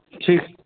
ठीक